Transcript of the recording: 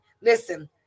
Listen